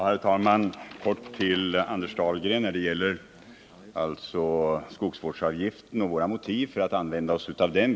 Herr talman! Helt kort till Anders Dahlgren om skogsvårdsavgiften och våra motiv för att använda oss av den.